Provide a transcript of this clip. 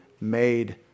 made